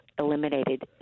Eliminated